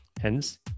Hence